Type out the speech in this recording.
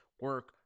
Work